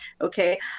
okay